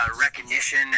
recognition